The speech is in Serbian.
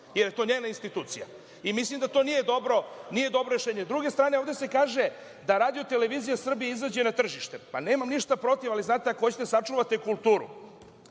jer je to njena institucija. Mislim da to nije dobro rešenje. Sa druge strane, ovde se kaže da RTS izađe na tržište. Nemam ništa protiv, ali znate, ako hoćete da sačuvate kulturu,